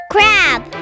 Crab